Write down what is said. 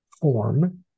form